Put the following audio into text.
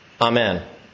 Amen